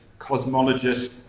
cosmologist